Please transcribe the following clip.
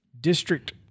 district